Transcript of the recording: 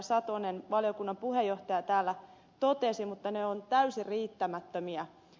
satonen valiokunnan puheenjohtaja täällä totesi mutta ne ovat täysin riittämättömiä